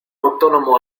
autónomo